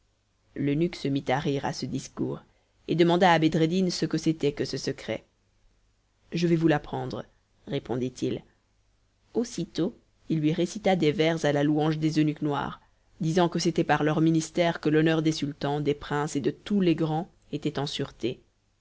se mit à rire à ce discours et demanda à bedreddin ce que c'était que ce secret je vais vous l'apprendre répondit-il aussitôt il lui récita des vers à la louange des eunuques noirs disant que c'était par leur ministère que l'honneur des sultans des princes et de tous les grands était en sûreté